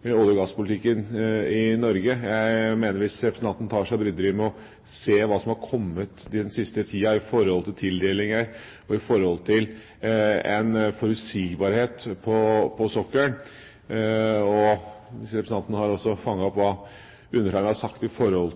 Norge. Hvis representanten hadde tatt seg bryderiet med å se hva som har kommet i den siste tida om tildelinger og om forutsigbarhet på sokkelen, og hvis representanten har fanget opp hva jeg har sagt om